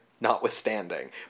notwithstanding